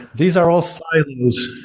these are all silos.